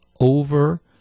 over